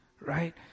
right